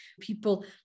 people